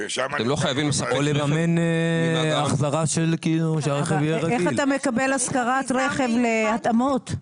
איך אתה מקבל השכרת רכב להתאמות?